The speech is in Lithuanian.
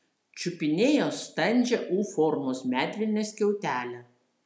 čiupinėjo standžią u formos medvilnės skiautelę